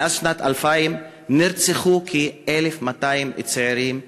מאז שנת 2000 נרצחו כ-1,200 צעירים ערבים,